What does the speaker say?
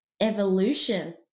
evolution